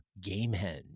Gamehenge